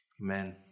Amen